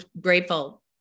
grateful